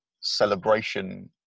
celebration